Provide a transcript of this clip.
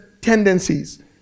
tendencies